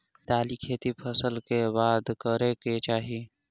दालि खेती केँ फसल कऽ बाद करै कऽ चाहि?